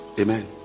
Amen